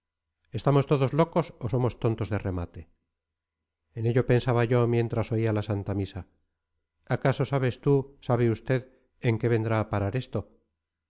estamos todos locos o somos tontos de remate en ello pensaba yo mientras oía la santa misa acaso sabes tú sabe usted en qué vendrá a parar esto